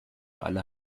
aller